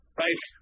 right